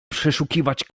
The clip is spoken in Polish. przeszukiwać